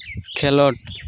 ᱠᱷᱮᱞᱚᱸᱰ